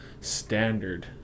standard